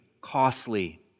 costly